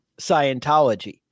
Scientology